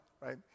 right